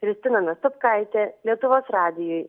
kristina nastopkaitė lietuvos radijui